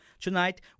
Tonight